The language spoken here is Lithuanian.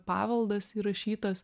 paveldas įrašytas